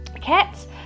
Cats